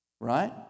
Right